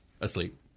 Asleep